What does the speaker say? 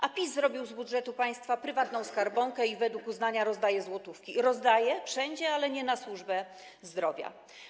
A PiS zrobił z budżetu państwa prywatną skarbonkę i według uznania rozdaje złotówki, rozdaje wszędzie, ale nie na służbę zdrowia.